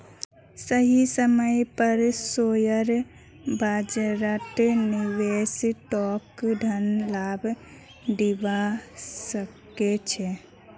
सही समय पर शेयर बाजारत निवेश तोक धन लाभ दिवा सके छे